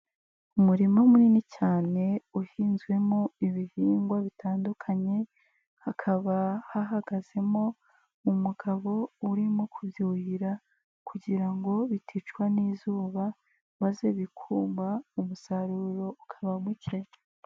Umurima munini cyane uhinzwemo ibihingwa bitandukanye hakaba hahagazemo umugabo urimo kubyubuhira kugira ngo biticwa n'izuba maze bikuma umusaruro ukaba muke.